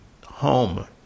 home